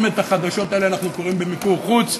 אם את החדשות האלה אנחנו קונים במיקור חוץ,